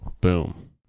boom